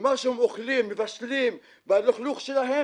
ומה שהם אוכלים, מבשלים והלכלוך שלהם